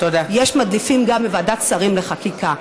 יש מדליפים גם מוועדת שרים לחקיקה.